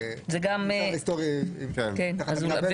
זה נחשב היסטורי תחת המילה בזק.